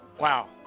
Wow